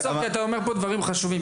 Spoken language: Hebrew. תעצור רגע, אתה אומר פה דברים חשובים.